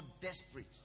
desperate